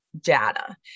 data